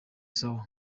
sawa